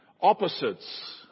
opposites